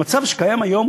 במצב שקיים היום,